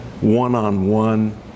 one-on-one